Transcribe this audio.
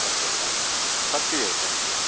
okay thanks Sakthivel Sakthivel